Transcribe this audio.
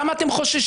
למה אתם חוששים?